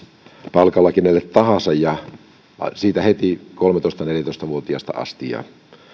palkalla kenelle tahansa siitä heti kolmetoista viiva neljätoista vuotiaasta asti ja